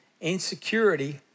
insecurity